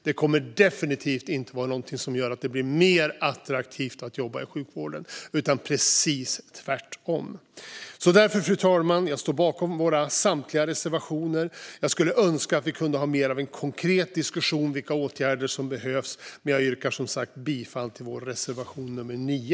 Det kommer definitivt inte att vara något som gör det mer attraktivt att jobba i sjukvården, utan precis tvärtom. Fru talman! Jag står bakom samtliga våra reservationer. Jag skulle önska att vi kunde ha mer av konkret diskussion om vilka åtgärder som behövs, men jag yrkar som sagt bifall till vår reservation nummer 9.